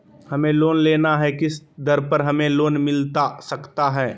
हमें लोन लेना है किस दर पर हमें लोन मिलता सकता है?